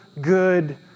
good